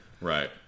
Right